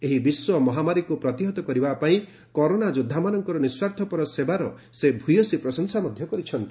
ଏହି ବିଶ୍ୱ ମହାମାରୀକୁ ପ୍ରତିହତ କରିବା ପାଇଁ କରୋନା ଯୋଦ୍ଧାମାନଙ୍କର ନିଃସ୍କାର୍ଥପର ସେବାର ସେ ଭୂୟସୀ ପ୍ରଶଂସା କରିଛନ୍ତି